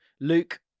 Luke